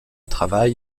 travail